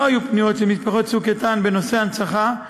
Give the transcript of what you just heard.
לא היו פניות של משפחות "צוק איתן" בנושא הנצחה,